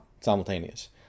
simultaneous